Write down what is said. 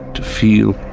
to feel,